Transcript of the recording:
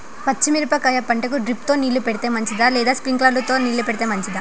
పచ్చి మిరపకాయ పంటకు డ్రిప్ తో నీళ్లు పెడితే మంచిదా లేదా స్ప్రింక్లర్లు తో నీళ్లు పెడితే మంచిదా?